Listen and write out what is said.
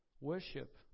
Worship